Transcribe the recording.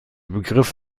begriff